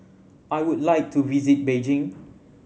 I would like to visit Beijing